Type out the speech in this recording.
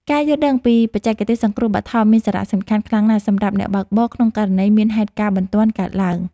ការយល់ដឹងពីបច្ចេកទេសសង្គ្រោះបឋមមានសារៈសំខាន់ខ្លាំងណាស់សម្រាប់អ្នកបើកបរក្នុងករណីមានហេតុការណ៍បន្ទាន់កើតឡើង។